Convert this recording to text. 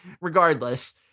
regardless